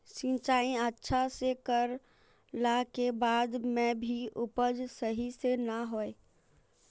सिंचाई अच्छा से कर ला के बाद में भी उपज सही से ना होय?